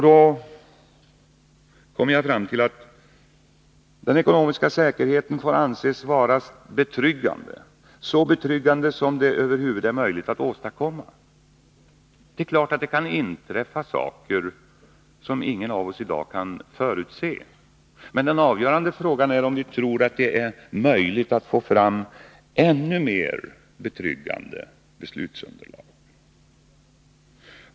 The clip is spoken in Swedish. Då kommer jag fram till att den ekonomiska säkerheten får anses vara betryggande, så betryggande som det över huvud är möjligt att åstadkomma. Det är klart att det kan inträffa saker som ingen av oss i dag kan förutse. Men den avgörande frågan är, om vi tror att det är möjligt att få fram ännu mera betryggande beslutsunderlag.